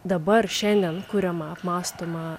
dabar šiandien kuriamą apmąstomą